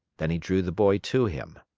then he drew the boy to him.